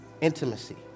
intimacy